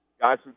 guys